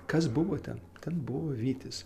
kas buvo ten ten buvo vytis